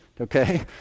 okay